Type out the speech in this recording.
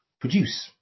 produce